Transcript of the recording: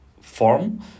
form